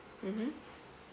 mmhmm